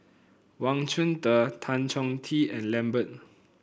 Wang Chunde Tan Chong Tee and Lambert